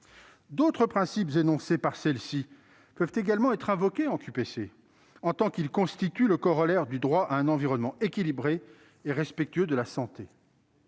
D'autres principes énoncés par celle-ci peuvent également être invoqués dans le cadre d'une QPC, en tant qu'ils constituent le corollaire du droit à un environnement équilibré et respectueux de la santé.